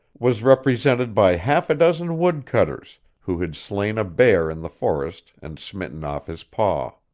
was represented by half a dozen wood-cutters, who had slain a bear in the forest and smitten off his paw.